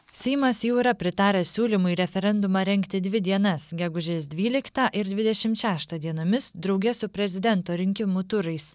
seimas jau yra pritaręs siūlymui referendumą rengti dvi dienas gegužės dvyliktą ir dvidešimt šeštą dienomis drauge su prezidento rinkimų turais